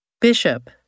Bishop